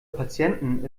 patienten